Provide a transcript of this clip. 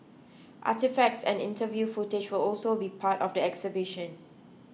artefacts and interview footage will also be part of the exhibition